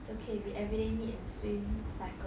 it's okay we everyday meet and swim cycle